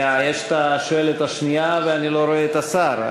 יש גם השואלת השנייה, ואני לא רואה את השר.